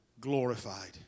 glorified